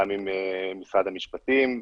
גם עם משרד המשפטים,